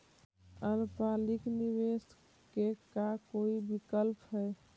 अल्पकालिक निवेश के का कोई विकल्प है?